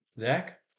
Zach